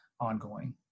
ongoing